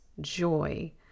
joy